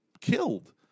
killed